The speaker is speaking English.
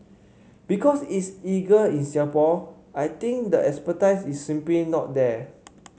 because it's illegal in Singapore I think the expertise is simply not there